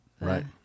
Right